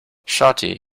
shawty